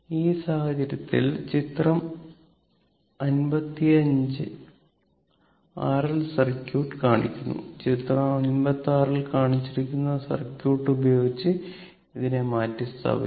ഈ സാഹചര്യത്തിൽ ചിത്രം 55 ആർ എൽ സർക്യൂട്ട് കാണിക്കുന്നു ചിത്രം 56 ൽ കാണിച്ചിരിക്കുന്ന സർക്യൂട്ട് ഉപയോഗിച്ച് ഇതിനെ മാറ്റിസ്ഥാപിക്കാം